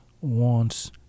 wants